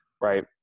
right